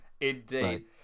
Indeed